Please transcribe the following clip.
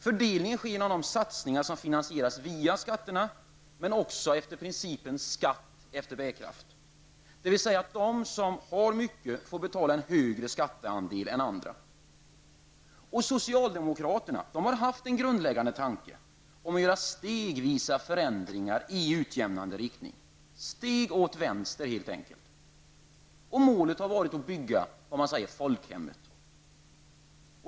Fördelningen sker genom de satsningar som finansieras via skatterna, men också genom principen skatt efter bärkraft, dvs. att de som har mycket får betala en högre skatteandel än andra. Socialdemokraterna har haft en grundläggande tanke om att göra stegvisa förändringar i utjämnande riktning -- steg åt vänster helt enkelt. Målet har varit att bygga folkhemmet.